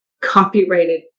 copyrighted